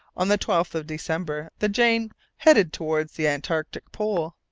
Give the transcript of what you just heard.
on the twelfth of december the jane headed towards the antarctic pole.